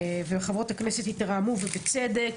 וחברות הכנסת התרעמו, ובצדק.